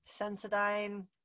Sensodyne